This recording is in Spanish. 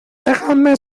dejadme